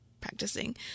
practicing